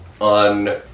on